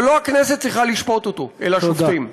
אבל לא הכנסת צריכה לשפוט אותו אלא השופטים.